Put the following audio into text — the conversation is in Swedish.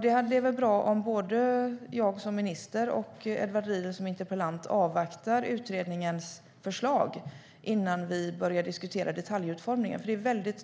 Det är väl bra om både jag som minister och Edward Riedl som interpellant avvaktar utredningens förslag innan vi börjar diskutera detaljutformningen.